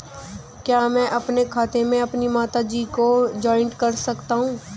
क्या मैं अपने खाते में अपनी माता जी को जॉइंट कर सकता हूँ?